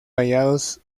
hallados